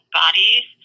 bodies